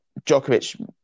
Djokovic